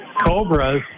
Cobras